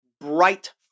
bright